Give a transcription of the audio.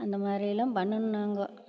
அந்த மாதிரிலாம் பண்ணுனாங்கோ